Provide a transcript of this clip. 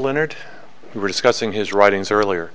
leonard we were discussing his writings earlier